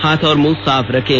हाथ और मुंह साफ रखें